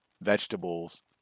vegetables